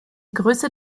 größte